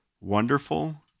Wonderful